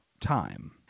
time